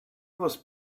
was